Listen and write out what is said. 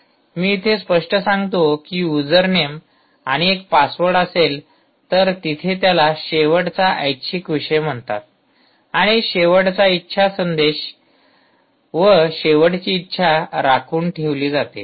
मी इथे स्पष्ट सांगतो कि युजरनेम आणि एक पासवर्ड असेल तर तिथे त्याला शेवटचा ऐच्छिक विषय म्हणतात आणि शेवटचा इच्छा संदेश व शेवटची इच्छा राखून ठेवली जाते